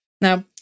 Now